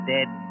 Dead